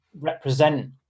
represent